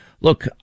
look